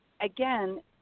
Again